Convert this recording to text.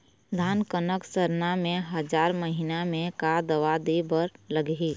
धान कनक सरना मे हजार महीना मे का दवा दे बर लगही?